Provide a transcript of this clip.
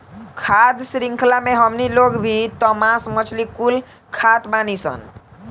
खाद्य शृंख्ला मे हमनी लोग भी त मास मछली कुल खात बानीसन